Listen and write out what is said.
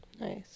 nice